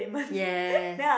yes